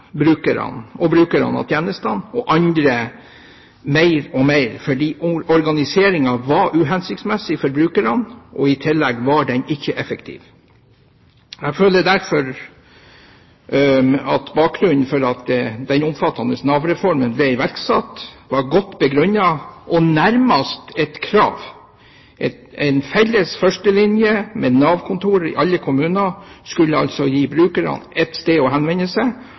brukerne av tjenestene og andre mer og mer, fordi organiseringen var uhensiktsmessig for brukerne, og i tillegg var den ikke effektiv. Jeg føler derfor at bakgrunnen for at den omfattende Nav-reformen ble iverksatt, var godt begrunnet, og nærmest var et krav. En felles førstelinje med Nav-kontorer i alle kommuner skulle altså gi brukerne ett sted å henvende seg,